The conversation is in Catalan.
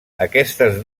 aquestes